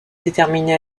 déterminé